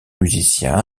musiciens